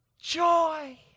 joy